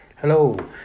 Hello